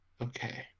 Okay